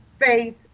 faith